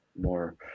More